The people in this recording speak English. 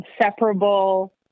inseparable